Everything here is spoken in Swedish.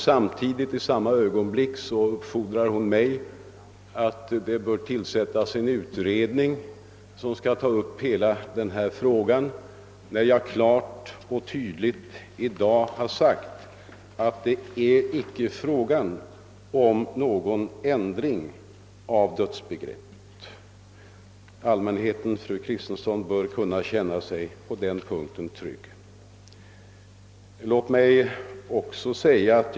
Samtidigt uppmanar hon mig att tillsätta en utredning som skall ta upp hela frågan, när jag i dag klart och tydligt har sagt att det inte är fråga om någon ändring av dödsbegreppet. Allmänheten kan känna sig trygg på den punkten, fru Kristensson.